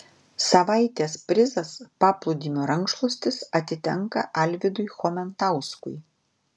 savaitės prizas paplūdimio rankšluostis atitenka alvydui chomentauskui